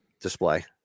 display